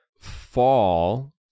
Fall